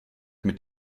mit